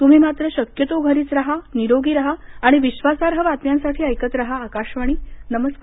तुम्ही मात्र शक्यतो घरीच राहा निरोगी राहा आणि विधासार्ह बातम्यांसाठी ऐकत राहा आकाशवाणी नमस्कार